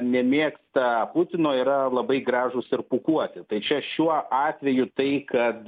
nemėgsta putino yra labai gražūs ir pūkuoti tai čia šiuo atveju tai kad